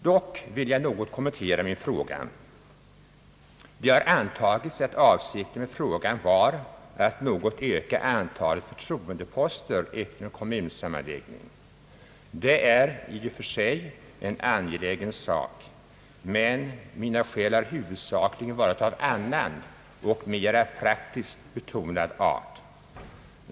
Dock vill jag något kommentera min fråga. Det har antagits att avsikten med frågan var att något öka antalet förtroendeposter efter en kommunsammanläggning. Detta är i och för sig angeläget, men mina skäl har huvudsakligen varit av annan och mera praktiskt betonad art.